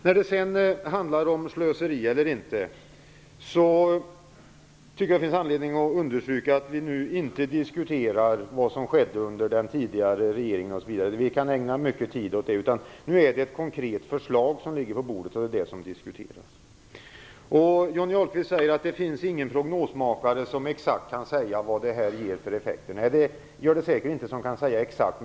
När man sedan talar om slöseri tycker jag att det finns anledning att understryka att vi nu inte diskuterar vad som skedde under den tidigare regeringen osv. Vi kan ägna mycket tid åt det. Nu är det ett konkret förslag som ligger på bordet, och det är det som diskuteras. Johnny Ahlqvist säger att det inte finns någon prognosmakare som kan säga exakt vilka effekter detta förslag ger. Nej, det finns säkert ingen som kan säga exakt.